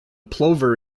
plover